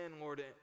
Lord